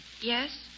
Yes